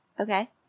Okay